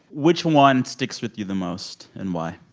which one sticks with you the most, and why?